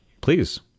Please